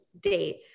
date